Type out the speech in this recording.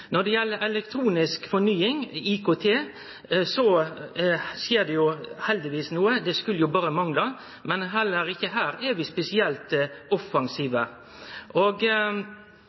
Når det gjeld elektronisk fornying – IKT – skjer det heldigvis noko. Det skulle jo berre mangle. Men heller ikkje her er vi spesielt offensive.